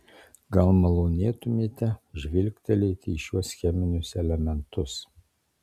gal malonėtumėte žvilgtelėti į šiuos cheminius elementus